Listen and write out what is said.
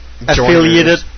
affiliated